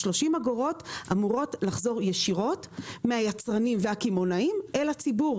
ה-30 אגורות אמורים לחזור ישירות מהיצרנים והקמעונאים אל הציבור,